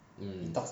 mm